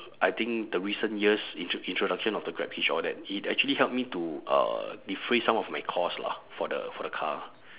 I think the recent years intro~ introduction of the grabhitch all that it actually help me to uh defray some of my cost lah for the for the car